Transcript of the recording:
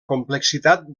complexitat